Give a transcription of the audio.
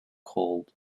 cold